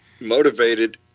motivated